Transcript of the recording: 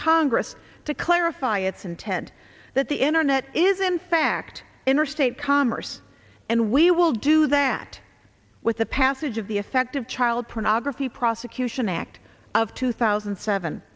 congress to clarify its intent that the internet is in fact interstate commerce and we will do that with the passage of the effective child pornography prosecution act of two thousand and seven